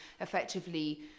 effectively